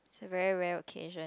it's a very rare occasion